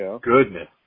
goodness